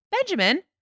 Benjamin